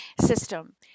system